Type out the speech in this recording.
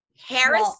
harris